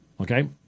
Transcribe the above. Okay